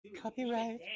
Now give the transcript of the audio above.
Copyright